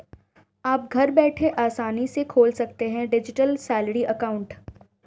आप घर बैठे आसानी से खोल सकते हैं डिजिटल सैलरी अकाउंट